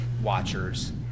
watchers